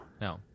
No